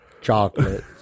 Chocolate